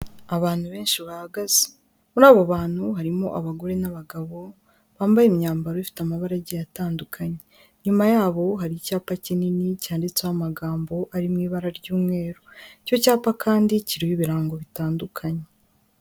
Abantu benshi bahagaze, muri abo bantu harimo abagore n'abagabo, bambaye imyambaro ifite amabara agiye atandukanye, inyuma yabo hari icyapa kinini cyanditseho amagambo ari mu ibara ry'umweru, icyo cyapa kandi kiriho ibirango bitandukanye.